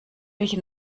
welche